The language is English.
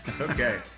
Okay